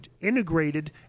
integrated